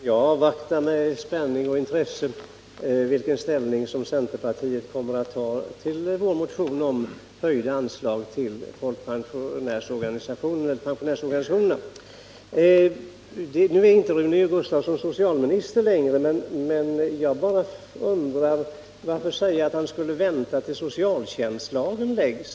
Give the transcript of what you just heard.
Herr talman! Även jag avvaktar med spänning och intresse vilken ställning centerpartiet kommer att ta till vår motion om höjda anslag till pensionärsorganisationerna. Nu är inte Rune Gustavsson socialminister längre. Men jag undrar varför han säger att han skall vänta till dess propositionen om socialtjänstlagen läggs.